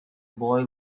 boy